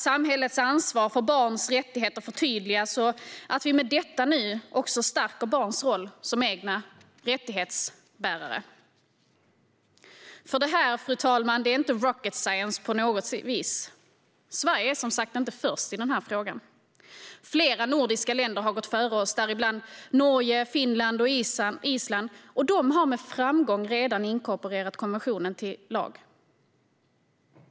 Samhällets ansvar för barns rättigheter förtydligas, och med detta stärker vi barns roll som egna rättighetsbärare. Detta, fru talman, är inte rocket science på något vis. Sverige är, som sagt, inte först i frågan. Flera nordiska länder har gått före oss, däribland Norge, Finland och Island. De har med framgång redan inkorporerat konventionen till lag.